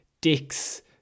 dicks